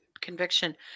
conviction